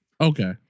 Okay